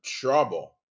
trouble